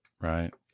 Right